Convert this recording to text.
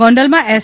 ગોંડલમાં એસ